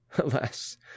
alas